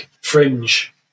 fringe